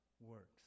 works